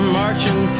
marching